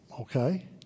Okay